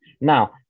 Now